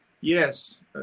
yes